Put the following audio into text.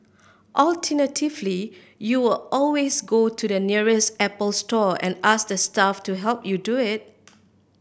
alternatively you were always go to the nearest Apple store and ask the staff to help you do it